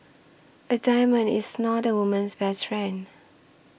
a diamond is not a woman's best friend